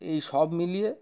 এই সব মিলিয়ে